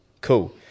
Cool